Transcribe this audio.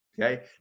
okay